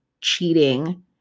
cheating